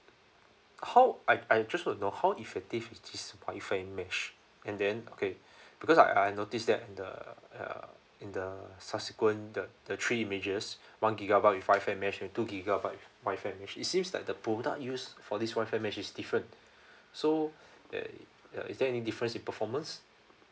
how I I just don't know how effective is this Wi-Fi mesh and then okay because I I notice that in the uh in the subsequent the the three images one gigabyte with Wi-Fi mesh and two gigabyte with Wi-Fi mesh it seems like the products used for this Wi-Fi mesh is different so eh uh is there any difference in performance